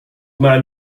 man